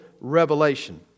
revelation